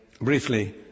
briefly